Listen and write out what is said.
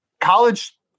college